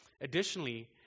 Additionally